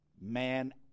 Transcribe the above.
man